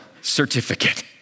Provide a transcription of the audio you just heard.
certificate